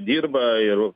dirba ir